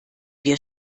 wir